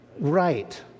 right